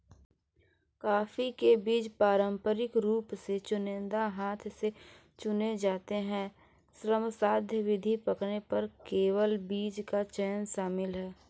coffee के बीज पारंपरिक रूप से चुनिंदा हाथ से चुने जाते हैं, श्रमसाध्य विधि, पकने पर केवल बीज का चयन शामिल है